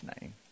name